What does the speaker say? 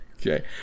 okay